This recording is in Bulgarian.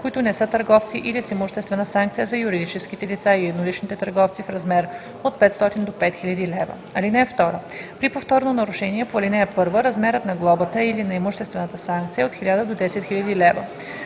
които не са търговци, или с имуществена санкция – за юридическите лица и едноличните търговци, в размер от 500 до 5000 лв. (2) При повторно нарушение по ал. 1 размерът на глобата или на имуществената санкция е от 1000 до 10 000 лв.